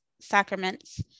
sacraments